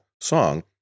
song